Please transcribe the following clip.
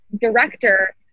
director